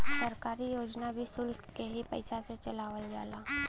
सरकारी योजना भी सुल्क के ही पइसा से चलावल जाला